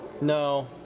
No